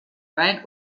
wein